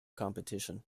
competition